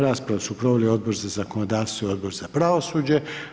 Raspravu su proveli Odbor za zakonodavstvo i Odbor za pravosuđe.